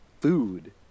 food